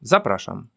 Zapraszam